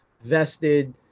vested